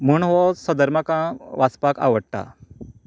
म्हण हो सदर म्हाका वाचपाक आवडटा